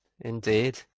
indeed